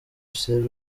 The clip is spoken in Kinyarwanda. saleh